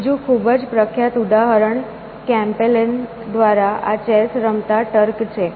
બીજું ખૂબ પ્રખ્યાત ઉદાહરણ કેમ્પેલેન દ્વારા આ ચેસ રમતા ટર્ક છે